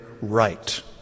right